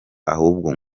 ahubwo